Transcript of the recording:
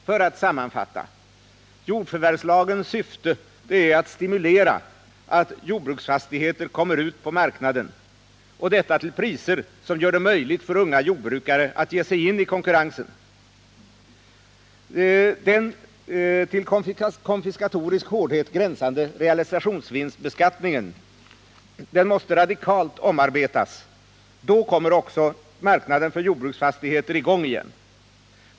För att sammanfatta: Jordförvärvslagens syfte är att stimulera att jordbruksfastigheter kommer ut på marknaden och detta till priser som gör det möjligt för unga jordbrukare att ge sig in i konkurrensen. Den till konfiskatorisk hårdhet gränsande realisationsvinstbeskattningen måste radikalt omarbetas — då kommer också marknaden för jordbruksfastigheter i gång igen.